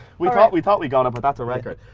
we thought we thought we got it but that's a record.